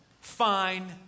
Fine